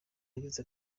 yagize